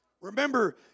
Remember